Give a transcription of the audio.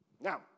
Now